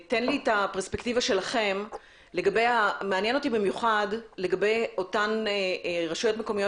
תן לי את הפרספקטיבה שלכם לגבי אותן רשויות מקומיות